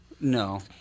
No